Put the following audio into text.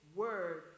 word